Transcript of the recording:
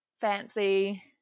fancy